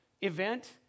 event